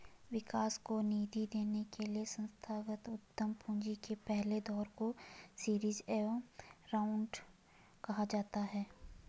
विकास को निधि देने के लिए संस्थागत उद्यम पूंजी के पहले दौर को सीरीज ए राउंड कहा जाता है